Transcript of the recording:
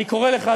אני קורא לך,